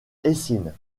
eysines